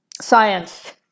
science